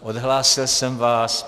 Odhlásil jsem vás.